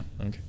Okay